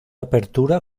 apertura